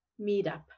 meetup